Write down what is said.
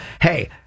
Hey